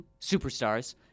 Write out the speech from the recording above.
superstars